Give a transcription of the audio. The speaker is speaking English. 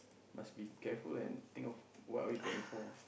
must be careful and think of what are we praying for